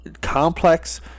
complex